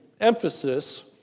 emphasis